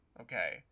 Okay